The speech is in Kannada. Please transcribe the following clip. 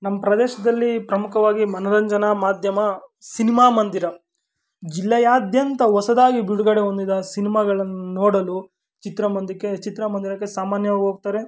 ನಮ್ಮ ಪ್ರದೇಶದಲ್ಲಿ ಪ್ರಮುಖವಾಗಿ ಮನೋರಂಜನಾ ಮಾಧ್ಯಮ ಸಿನಿಮಾ ಮಂದಿರ ಜಿಲ್ಲೆಯಾದ್ಯಂತ ಹೊಸದಾಗಿ ಬಿಡುಗಡೆ ಹೊಂದಿದ್ದ ಸಿನಿಮಾಗಳನ್ನು ನೋಡಲು ಚಿತ್ರಮಂದಿರಕ್ಕೆ ಚಿತ್ರಮಂದಿರಕ್ಕೆ ಸಾಮನ್ಯವಾಗಿ ಹೋಗ್ತಾರೆ